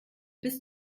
bis